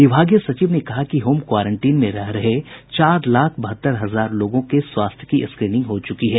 विभागीय सचिव ने कहा कि होम क्वारेंटीन में रह रहे चार लाख बहत्तर हजार लोगों के स्वास्थ्य की स्क्रीनिंग हो चुकी है